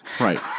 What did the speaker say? Right